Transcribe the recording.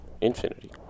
infinity